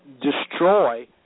destroy